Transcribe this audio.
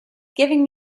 giving